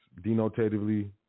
denotatively